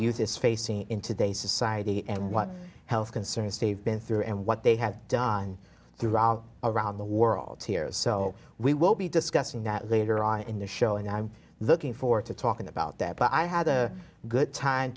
youth is facing in today's society and what health concerns steve been through and what they have done through all around the world here so we will be discussing that later on in the show and i'm looking forward to talking about that but i had a good time t